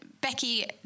Becky